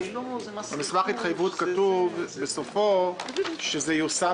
במסמך ההתחייבות כתוב בסופו שזה ייושם